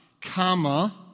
comma